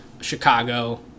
Chicago